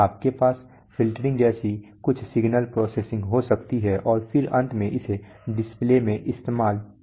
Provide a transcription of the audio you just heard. आपके पास फ़िल्टरिंग जैसी कुछ सिग्नल प्रोसेसिंग हो सकती है और फिर अंत में इसे डिस्प्ले में इस्तेमाल किया जाएगा